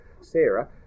Sarah